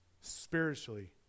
spiritually